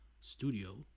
studio